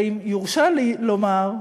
ואם יורשה לי לומר,